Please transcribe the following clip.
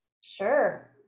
Sure